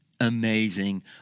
amazing